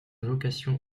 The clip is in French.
vocation